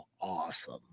Awesome